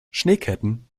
schneeketten